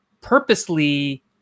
purposely